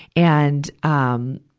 and, um,